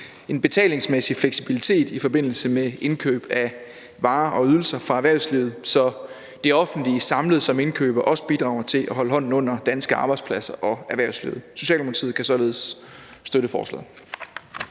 en betalingsmæssig fleksibilitet i forbindelse med indkøb af varer og ydelser fra erhvervslivet, så det offentlige samlet som indkøber også bidrager til at holde hånden under danske arbejdspladser og erhvervslivet. Socialdemokratiet kan således støtte forslaget.